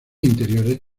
interiores